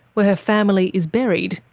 where her family is buried,